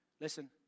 listen